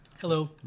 Hello